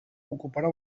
ocuparà